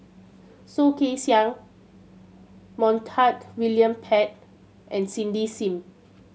Soh Kay Siang Montague William Pett and Cindy Sim